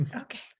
Okay